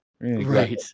Right